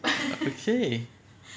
okay